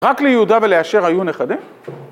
רק ליהודה ולאשר היו נכדים?